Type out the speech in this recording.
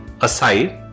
aside